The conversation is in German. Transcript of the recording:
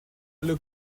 alle